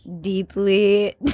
deeply